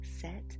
set